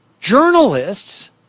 journalists